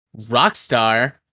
Rockstar